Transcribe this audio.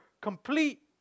complete